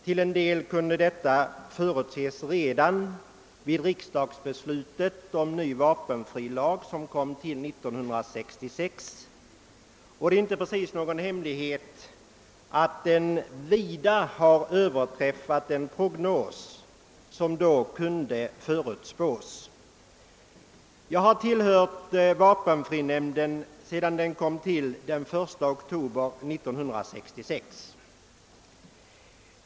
Till en del kunde detta förutses redan när riksdagen fattade beslut om ny lag om vapenfri tjänst, som kom till 1966, men det är inte precis någon hemlighet, att ökningen vida överträffat den prognos som man då ansåg sig kunna göra. Jag har tillhört vapenfrinämnden sedan dess tillkomst den 1 oktober 1966.